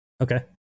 Okay